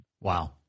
Wow